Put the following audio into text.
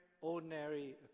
ordinary